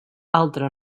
altre